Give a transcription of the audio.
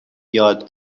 یاد